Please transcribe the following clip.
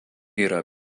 yra